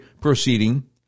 proceeding